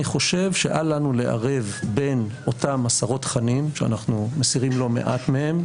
אני חושב שאל לנו לערב בין אותם עשרות תכנים שאנחנו מסירים לא מעט מהם,